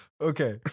Okay